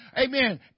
Amen